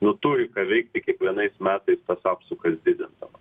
nu turi ką veikti kiekvienais metais tas apsukas didindama